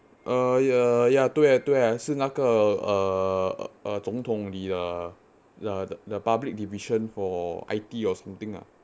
ah ya ya 对对是那个 err uh 总统 the the err public division for I_T or something ah